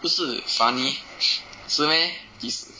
不是 funny 是 meh 几时